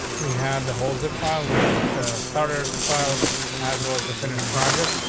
we have the whole zip file. where was the starter files as well as the finished project.